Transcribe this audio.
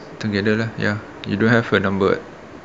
together lah ya you don't have her number [what]